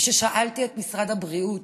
וכששאלתי את משרד הבריאות